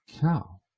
cow